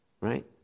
right